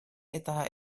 eta